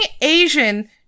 Asian